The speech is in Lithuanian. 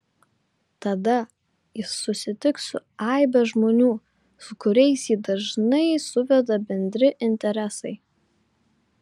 tada jis susitiks su aibe žmonių su kuriais jį dažnai suveda bendri interesai